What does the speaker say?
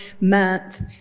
month